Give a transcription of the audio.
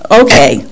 okay